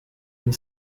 and